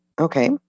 Okay